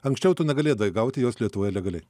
anksčiau tu negalėdavai gauti jos lietuvoje legaliai